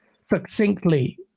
succinctly